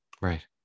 Right